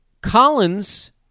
Collins